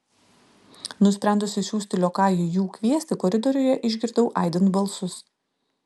nusprendusi siųsti liokajų jų kviesti koridoriuje išgirdau aidint balsus